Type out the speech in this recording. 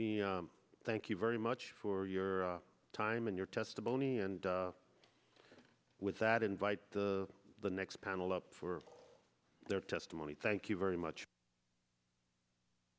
me thank you very much for your time and your testimony and with that invite the the next panel up for their testimony thank you very much